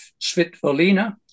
Svitvolina